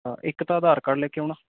ਅ ਇੱਕ ਤਾਂ ਆਧਾਰ ਕਾਰਡ ਲੈ ਕੇ ਆਉਣਾ